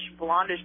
blondish